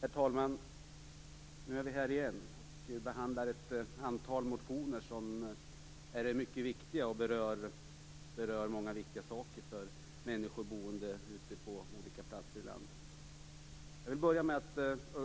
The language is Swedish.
Herr talman! Nu står vi här igen och behandlar ett antal motioner som är mycket viktiga och berör många viktiga saker för människor boende ute på olika platser i landet. Jag vill börja med att